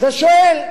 אתה שואל,